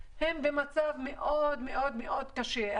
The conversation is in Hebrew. הן במצב מאוד מאוד קשה.